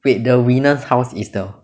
wait the winner's house is the